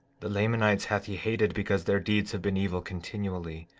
the lamanites hath he hated because their deeds have been evil continually,